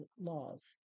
laws